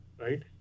right